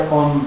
on